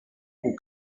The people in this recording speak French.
pour